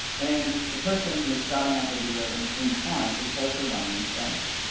and, the person is starting up the video in the steam client that's also running in spanish,